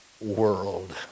world